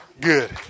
good